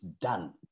done